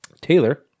Taylor